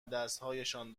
دستهایشان